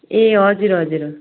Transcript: ए हजुर हजुर